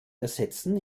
ersetzen